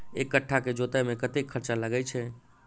एक कट्ठा केँ जोतय मे कतेक खर्चा लागै छै?